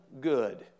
good